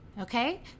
okay